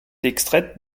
extraite